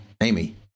Amy